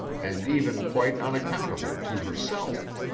and even quite unaccountable to herself.